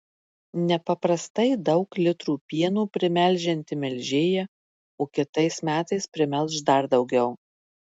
nepaprastai daug litrų pieno primelžianti melžėja o kitais metais primelš dar daugiau